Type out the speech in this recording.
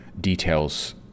details